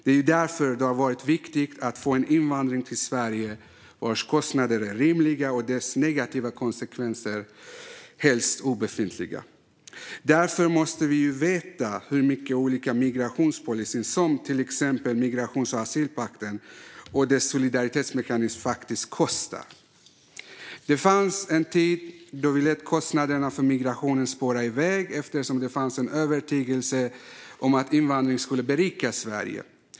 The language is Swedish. Det är därför det har varit viktigt att få en invandring till Sverige vars kostnader är rimliga och vars negativa konsekvenser helst är obefintliga, och det är därför vi måste veta hur mycket olika migrationspolicyer, till exempel migrations och asylpakten och dess solidaritetsmekanism, faktiskt kostar. Det fanns en tid då vi lät kostnaderna för migrationen dra iväg eftersom det fanns en övertygelse om att invandring skulle berika Sverige.